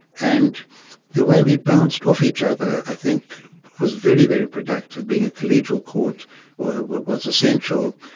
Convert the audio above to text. and the way we bounced off each other i think was very, very productive. being a collegial court was was essential.